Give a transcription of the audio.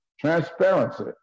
Transparency